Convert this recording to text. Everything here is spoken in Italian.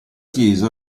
chiesa